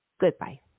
Goodbye